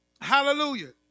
hallelujah